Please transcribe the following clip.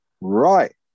Right